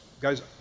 guys